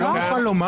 אתה לא מוכן לומר?